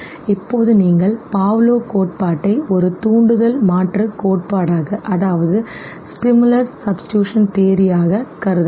இப்போது நீங்கள் Pavlov கோட்பாட்டை ஒரு தூண்டுதல் மாற்றுக் கோட்பாடாகக் கருதலாம்